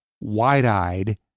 wide-eyed